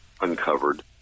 uncovered